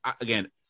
again